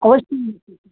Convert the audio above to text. अवश्यम्